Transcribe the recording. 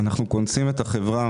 במקרים כאלה אנחנו קונסים את החברה.